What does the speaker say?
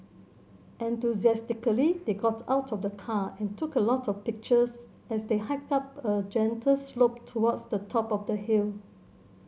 enthusiastically they got out of the car and took a lot of pictures as they hiked up a gentle slope towards the top of the hill